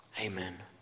Amen